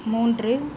மூன்று